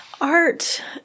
Art